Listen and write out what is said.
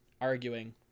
arguing